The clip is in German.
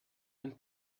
ein